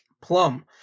Plum